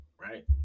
right